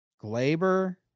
Glaber